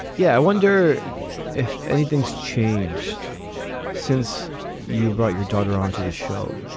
yeah. i wonder if anything's changed since you brought your daughter onto the show.